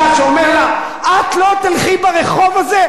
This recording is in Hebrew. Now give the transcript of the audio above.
כשהוא אומר לה: את לא תלכי ברחוב הזה,